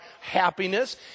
happiness